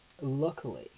Luckily